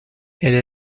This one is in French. elle